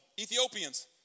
Ethiopians